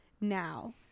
now